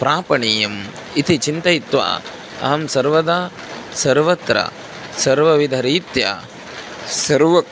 प्रापणीयम् इति चिन्तयित्वा अहं सर्वदा सर्वत्र सर्वविधरीत्या सर्वक्